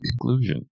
conclusion